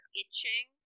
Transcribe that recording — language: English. itching